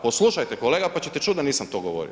Poslušajte kolega pa ćete čuti da nisam to govorio.